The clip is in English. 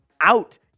out